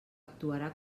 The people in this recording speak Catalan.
actuarà